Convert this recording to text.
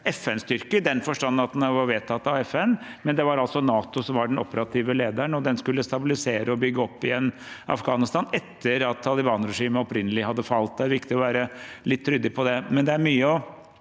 FN-styrke i den forstand at den var vedtatt av FN, men det var NATO som var den operative lederen. Den skulle stabilisere og bygge opp igjen Afghanistan etter at Taliban-regimet opprinnelig hadde falt. Det er viktig å være litt ryddig på det. Jeg tror det er mye å